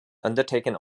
undertaken